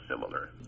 similar